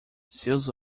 seus